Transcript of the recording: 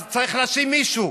אז צריך להאשים מישהו.